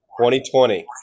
2020